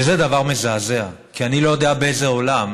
שזה דבר מזעזע, כי אני לא יודע באיזה עולם